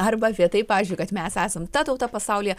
arba apie tai pavyzdžiui kad mes esam ta tauta pasaulyje